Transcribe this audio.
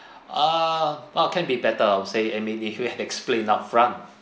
err uh can be better I'll say and maybe he had explain upfront